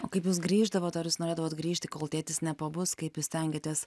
o kaip jūs grįždavot ar jūs norėdavot grįžti kol tėtis nepabus kaip jūs stengėtės